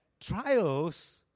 trials